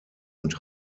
und